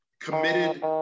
Committed